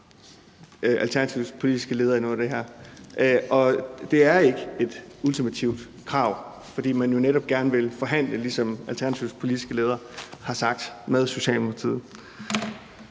Alternativets politiske leder i forbindelse med noget af det her, og det er ikke et ultimativt krav, fordi man jo netop gerne vil forhandle, ligesom Alternativets politiske leder har sagt, med Socialdemokratiet?